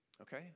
okay